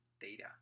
data